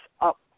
up